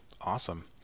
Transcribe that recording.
Awesome